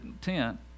tent